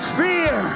fear